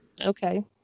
Okay